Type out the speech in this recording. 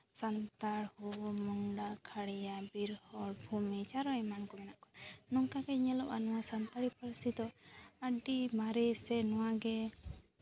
ᱥᱟᱱᱛᱟᱲ ᱦᱳ ᱢᱩᱱᱰᱟ ᱠᱷᱟᱲᱭᱟ ᱵᱤᱨᱦᱚᱲ ᱵᱷᱩᱢᱤᱡᱽ ᱟᱨᱚ ᱮᱢᱟᱱ ᱠᱚ ᱢᱮᱱᱟᱜ ᱠᱚᱣᱟ ᱱᱚᱝᱠᱟ ᱜᱮ ᱧᱮᱞᱚᱜᱼᱟ ᱱᱚᱣᱟ ᱥᱟᱱᱛᱟᱲᱤ ᱯᱟᱹᱨᱥᱤ ᱫᱚ ᱟᱹᱰᱤ ᱢᱟᱨᱮ ᱥᱮ ᱱᱚᱣᱟ ᱜᱮ